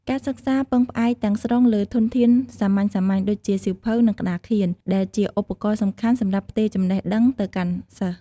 ការសិក្សាពឹងផ្អែកទាំងស្រុងលើធនធានសាមញ្ញៗដូចជា សៀវភៅ និង ក្តារខៀន ដែលជាឧបករណ៍សំខាន់សម្រាប់ផ្ទេរចំណេះដឹងទៅកាន់សិស្ស។